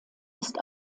ist